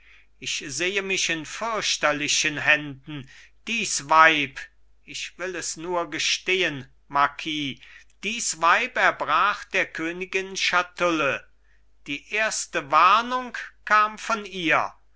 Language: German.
ich sehe mich in fürchterlichen händen dies weib ich will es nur gestehen marquis dies weib erbrach der königin schatulle die erste warnung kam von ihr